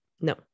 No